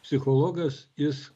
psichologas jis